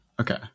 okay